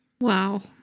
Wow